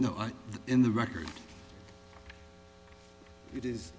no i in the record it is